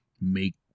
make